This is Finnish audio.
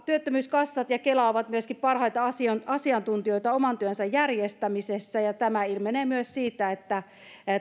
työttömyyskassat ja kela ovat myöskin parhaita asiantuntijoita oman työnsä järjestämisessä ja tämä ilmenee myös siitä että